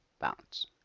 bounce